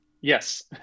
Yes